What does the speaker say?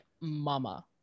mama